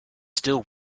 still